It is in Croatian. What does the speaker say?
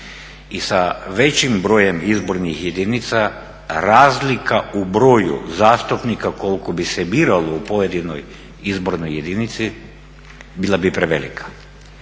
i sa većim brojem izbornih jedinica razlika u broju zastupnika koliko bi se biralo u pojedinoj izbornoj jedinici bila bi prevelika.